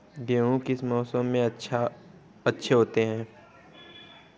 गेहूँ किस मौसम में अच्छे होते हैं?